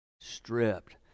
stripped